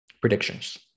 predictions